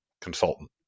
consultant